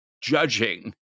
judging